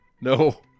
No